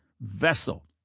vessel